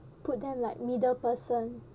put them like middle person